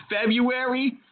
February